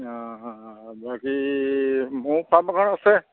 অ বাকী মোৰ ফাৰ্মখন আছে